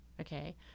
okay